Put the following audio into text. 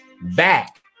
Back